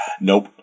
Nope